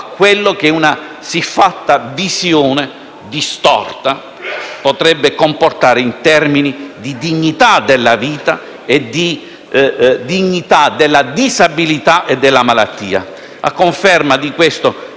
quanto una siffatta visione distorta potrebbe comportare in termini di dignità della vita, di dignità della disabilità e della malattia. A conferma di questo,